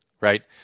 right